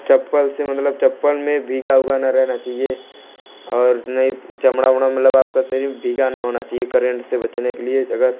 चप्पल से मतलब चप्पल में भीगा हुआ न रहना चाहिए और नहीं चमड़ा उमड़ा मलब आपका शरीर भीगा न होना चाहिए करेंट से बचने के लिए अगर